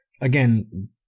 again